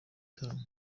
gitaramo